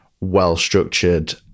well-structured